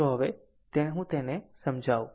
તો હવે હું તેને સમજાવું